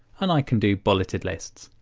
and i can do bulleted lists.